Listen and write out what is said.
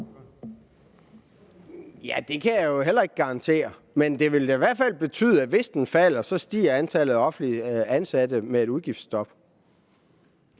(V): Det kan jeg jo heller ikke garantere, men det vil da i hvert fald betyde, at hvis den falder, stiger antallet af offentligt ansatte med et udgiftsstop.